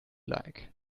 like